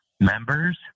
members